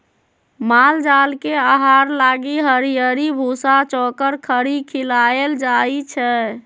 माल जाल के आहार लागी हरियरी, भूसा, चोकर, खरी खियाएल जाई छै